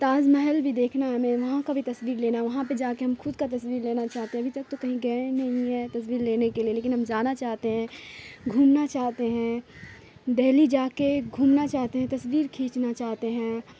تاج محل بھی دیکھنا ہے ہمیں وہاں کا بھی تصویر لینا وہاں پہ جا کے ہم خود کا تصویر لینا چاہتے ہیں ابھی تک تو کہیں گئے نہیں ہیں تصویر لینے کے لیے لیکن ہم جانا چاہتے ہیں گھومنا چاہتے ہیں دہلی جا کے گھومنا چاہتے ہیں تصویر کھینچنا چاہتے ہیں